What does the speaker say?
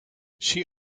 she